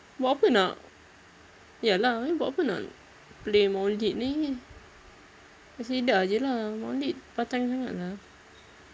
buat apa nak ya lah abeh buat apa nak play maulid lagi qasidah jer lah maulid panjang sangat lah